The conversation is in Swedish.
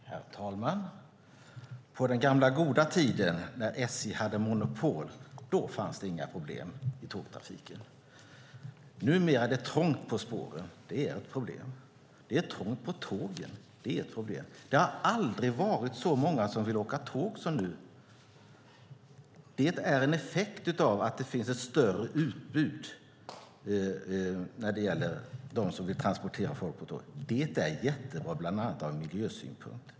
Herr talman! På den gamla goda tiden när SJ hade monopol fanns det inga problem i tågtrafiken. Numera är det trångt på spåren. Det är ett problem. Det är trångt på tågen. Det är ett problem. Det har aldrig varit så många som vill åka tåg som nu. Det är en effekt av att det finns ett större utbud av sådana som vill transportera folk på tåg. Det är jättebra, bland annat ur miljösynpunkt.